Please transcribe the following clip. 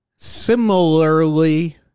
Similarly